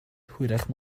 hwyrach